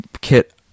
Kit